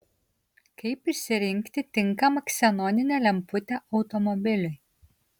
kaip išsirinkti tinkamą ksenoninę lemputę automobiliui